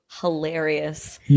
hilarious